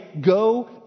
go